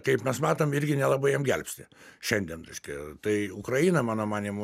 kaip mes matom irgi nelabai jiem gelbsti šiandien reiškia tai ukraina mano manymu